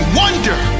wonder